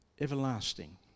Everlasting